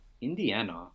Indiana